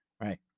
right